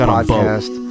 Podcast